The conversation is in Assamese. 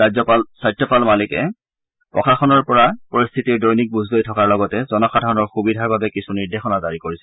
ৰাজ্যাপাল সত্যপাল মালিকে প্ৰশাসনৰ পৰা পৰিস্থিতিৰ দৈনিক বুজ লৈ থকাৰ লগতে জনসাধাৰণৰ সুবিধাৰ বাবে কিছু নিৰ্দেশনা জাৰি কৰিছে